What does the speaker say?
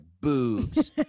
boobs